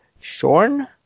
shorn